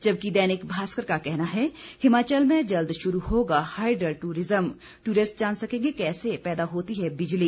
जबकि दैनिक भास्कर का कहना है हिमाचल में जल्द शुरू होगा हाईड्रल टूरिज्म टूरिस्ट जान सकेंगे कैसे पैदा होती है बिजली